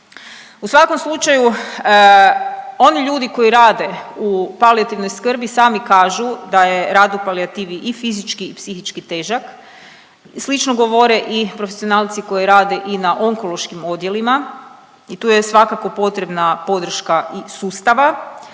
U svakom slučaju oni ljudi koji rade u palijativnoj skrbi sami kažu da je rad u palijativi i fizički i psihički težak. Slično govore i profesionalci koji rade i na onkološkim odjelima i tu je svakako potrebna podrška i sustava,